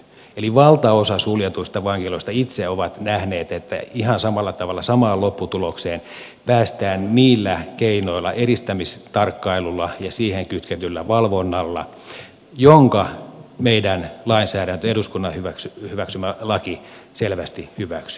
eli valtaosassa suljetuista vankiloista itse ovat nähneet että ihan samalla tavalla samaan lopputulokseen päästään niillä keinoilla eristämistarkkailulla ja siihen kytketyllä valvonnalla jotka meidän lainsäädäntömme eduskunnan hyväksymä laki selvästi hyväksyy